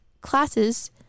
classes